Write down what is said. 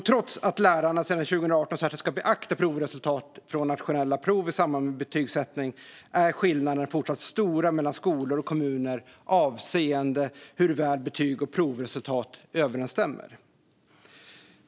Trots att lärarna sedan 2018 särskilt ska beakta provresultatet från nationella prov i samband med betygsättning är skillnaderna fortsatt stora mellan skolor och kommuner avseende hur väl betyg och provresultat överensstämmer.